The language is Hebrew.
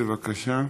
בבקשה.